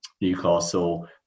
Newcastle